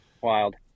Wild